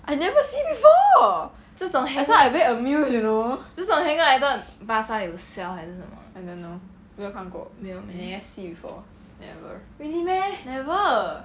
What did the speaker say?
I never see before that's why I very amused you know 没有看过没有 never see before never never